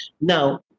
Now